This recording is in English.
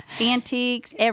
antiques